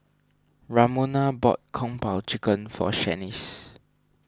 Ramona bought Kung Po Chicken for Shanice